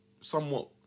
somewhat